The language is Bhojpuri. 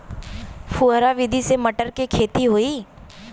फुहरा विधि से मटर के खेती होई